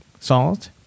Salt